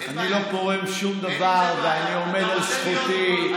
אני לא פורם שום דבר ואני עומד על זכותי,